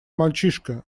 мальчишка